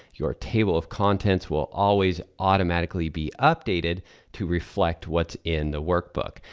your table of contents will always automatically be updated to reflect what's in the workbook.